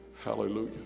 Hallelujah